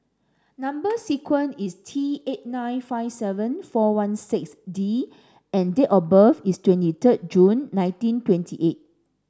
number sequence is T eight nine five seven four one six D and date of birth is twenty third June nineteen twenty eight